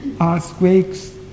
earthquakes